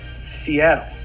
Seattle